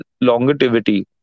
longevity